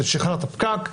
זה שיחרר את הפקק,